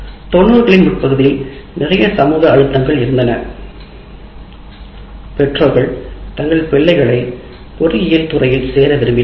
90 களின் முற்பகுதியில் நிறைய சமூக அழுத்தங்கள் இருந்தன பெற்றோர்கள் தங்கள் பிள்ளைகளை பொறியியல் துறையில் சேர விரும்பினார்கள்